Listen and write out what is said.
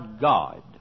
God